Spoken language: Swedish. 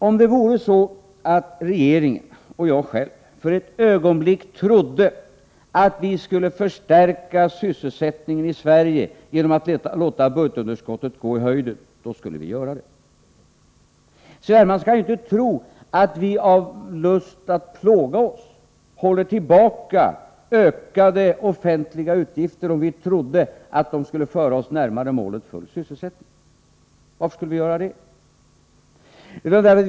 Om det vore så att regeringen och jag själv för ett ögonblick trodde att vi skulle kunna förstärka sysselsättningen i Sverige genom att låta budgetunderskottet gå i höjden, skulle vi göra det. C.-H. Hermansson skall inte tro att vi av lust att plåga oss skulle hålla tillbaka ökade offentliga utgifter, om vi trodde att de skulle föra oss närmare målet full sysselsättning. Varför skulle vi göra det?